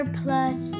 plus